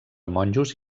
monjos